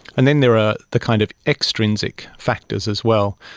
and then there are the kind of extrinsic factors as well,